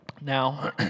now